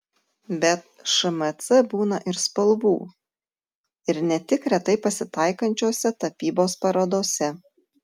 bet šmc būna ir spalvų ir ne tik retai pasitaikančiose tapybos parodose